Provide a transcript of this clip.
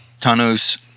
Tano's